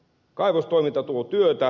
kaivostoiminta tuo työtä